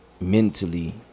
mentally